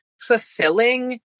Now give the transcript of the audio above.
fulfilling